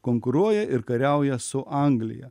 konkuruoja ir kariauja su anglija